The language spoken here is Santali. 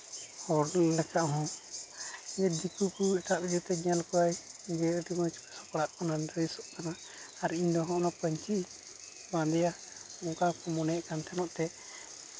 ᱦᱚᱲ ᱞᱮᱠᱟ ᱦᱚᱸ ᱫᱤᱠᱩ ᱠᱚ ᱮᱴᱟᱜ ᱧᱮᱞ ᱠᱚᱣᱟᱭ ᱡᱮ ᱟᱹᱰᱤ ᱢᱚᱡᱽ ᱠᱚ ᱥᱟᱯᱲᱟᱜ ᱠᱟᱱᱟ ᱰᱨᱮᱥᱚᱜ ᱠᱟᱱᱟ ᱟᱨ ᱤᱧᱫᱚ ᱦᱚᱸᱜᱱᱟ ᱯᱟᱹᱧᱪᱤ ᱵᱟᱸᱫᱮᱭᱟ ᱚᱱᱠᱟ ᱠᱚ ᱢᱚᱱᱮᱭᱮᱫ ᱠᱟᱱ ᱛᱟᱦᱮᱸᱱᱚᱜ ᱛᱮ